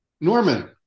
Norman